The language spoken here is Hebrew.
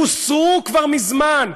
הוסרו כבר מזמן?